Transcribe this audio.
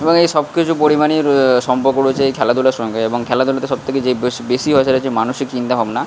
এবং এইসব কিছু পরিমাণেই সম্পর্ক রয়েছে এই খেলাধূলার সঙ্গে এবং খেলাধূলাতে সবথেকে যে বেশি বেশি হয় সেটা হচ্ছে মানসিক চিন্তা ভাবনা